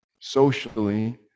socially